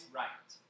right